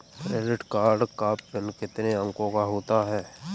Credit card का PIN कितने अंकों का होता है?